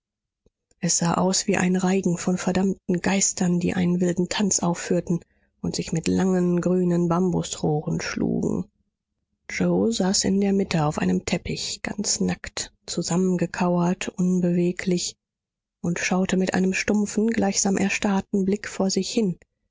es sah aus wie ein reigen von verdammten geistern die einen wilden tanz aufführten und sich mit langen grünen bambusrohren schlugen yoe saß in der mitte auf einem teppich ganz nackt zusammengekauert unbeweglich und schaute mit einem stumpfen gleichsam erstarrten blick vor sich hin